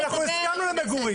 אנחנו הסכמנו למגורים,